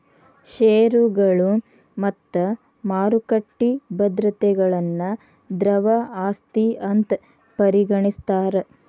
ಷೇರುಗಳು ಮತ್ತ ಮಾರುಕಟ್ಟಿ ಭದ್ರತೆಗಳನ್ನ ದ್ರವ ಆಸ್ತಿ ಅಂತ್ ಪರಿಗಣಿಸ್ತಾರ್